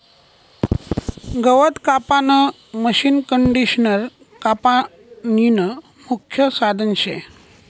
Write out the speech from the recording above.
गवत कापानं मशीनकंडिशनर कापनीनं मुख्य साधन शे